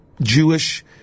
Jewish